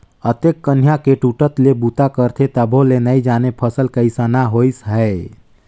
अतेक कनिहा के टूटट ले बूता करथे तभो ले नइ जानय फसल कइसना होइस है